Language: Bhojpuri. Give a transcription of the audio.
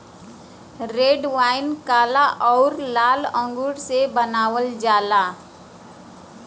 रेड वाइन काला आउर लाल अंगूर से बनावल जाला